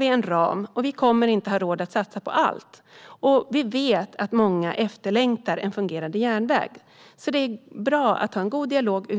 Vi har en ram och kommer inte att ha råd att satsa på allt, men vi vet att många efterfrågar en fungerande järnväg. Då är det bra att ha en god dialog